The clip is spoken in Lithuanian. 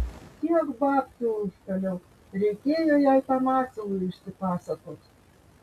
tiek babkių užkaliau reikėjo jai tam asilui išsipasakot